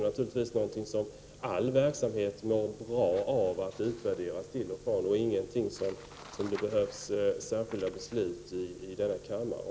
Naturligtvis mår all verksamhet bra av att utvärderas till och från, och det är ingenting som det behövs särskilda beslut om i denna kammare.